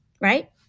Right